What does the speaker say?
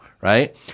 right